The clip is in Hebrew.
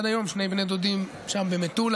עד היום שני בני דודים של אימי שם במטולה.